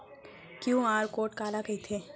QR code काला कहिथे?